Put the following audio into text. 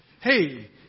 hey